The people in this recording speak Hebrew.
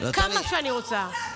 כמה שאני רוצה.